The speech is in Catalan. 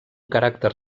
caràcter